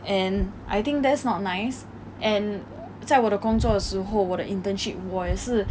and I think that's not nice and 在我的工作时候我的 internship 我也是